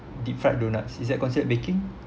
deep fried doughnuts is that considered baking